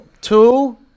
two